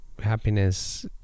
happiness